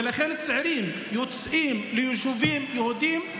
ולכן צעירים יוצאים ליישובים יהודיים.